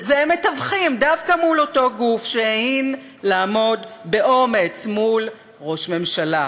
והם מטווחים דווקא מול אותו גוף שההין לעמוד באומץ מול ראש ממשלה,